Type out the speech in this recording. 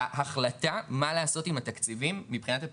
ההחלטה מה לעשות עם התקציבים מבחינת הפעילויות,